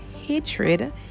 hatred